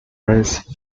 raise